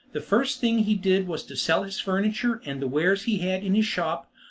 the first thing he did was to sell his furniture and the wares he had in his shop,